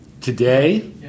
today